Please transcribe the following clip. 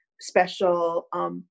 special